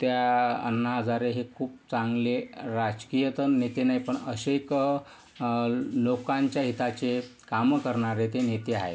त्या अण्णा हजारे हे खूप चांगले राजकीय तर नेते नाही पण असे लोकांच्या हिताचे कामं करणारे ते नेते आहेत